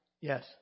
Yes